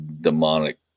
demonic